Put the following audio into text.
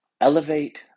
Elevate